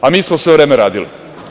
A mi smo sve vreme radili.